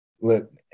look